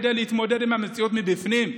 כדי להתמודד עם המציאות מבפנים.